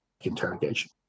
interrogation